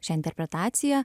šią interpretaciją